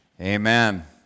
Amen